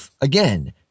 again